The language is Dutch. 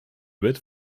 wet